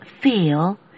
feel